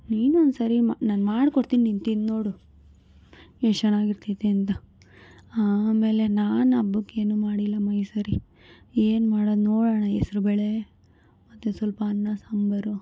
ನೀನು ಒಂದ್ಸರಿ ಮಾ ನಾನು ಮಾಡ್ಕೊಡ್ತೀನಿ ನೀನು ತಿಂದು ನೋಡು ಎಷ್ಟು ಚೆನ್ನಾಗಿರ್ತೈತೆ ಅಂತ ಆಮೇಲೆ ನಾನು ಹಬ್ಬಕ್ಕೇನೂ ಮಾಡಿಲ್ಲಮ್ಮ ಈ ಸರಿ ಏನು ಮಾಡೋದು ನೋಡೋಣ ಹೆಸ್ರುಬೇಳೆ ಮತ್ತೆ ಸ್ವಲ್ಪ ಅನ್ನ ಸಾಂಬರು